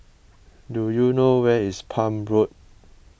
do you know where is Palm Road